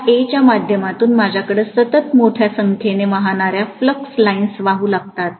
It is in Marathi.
या A च्या माध्यमातून माझ्याकडे सतत मोठ्या संख्येने वाहणाऱ्या फ्लक्स लाइन्स वाहू लागतात